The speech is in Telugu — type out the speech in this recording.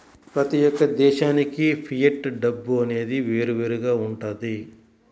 ప్రతి యొక్క దేశానికి ఫియట్ డబ్బు అనేది వేరువేరుగా వుంటది